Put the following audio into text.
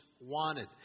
Wanted